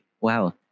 Wow